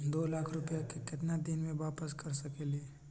दो लाख रुपया के केतना दिन में वापस कर सकेली?